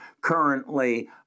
currently